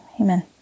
Amen